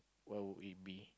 what would it be